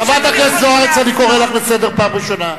חברת הכנסת זוארץ, אני קורא אותך לסדר פעם ראשונה.